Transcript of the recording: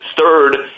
Third